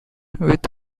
with